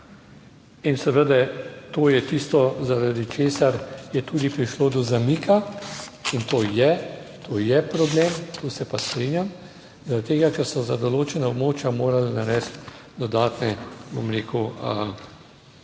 In seveda to je tisto zaradi česar je tudi prišlo do zamika in to je problem. Tu se pa strinjam. Zaradi tega, ker so za določena območja morali narediti dodatne, bom rekel,